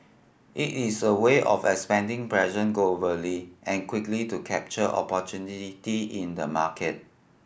it is a way of expanding presence globally and quickly to capture opportunity in the market